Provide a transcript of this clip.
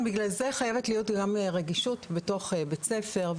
בגלל זה חייבת להיות רגישות בתוך בית הספר,